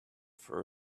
for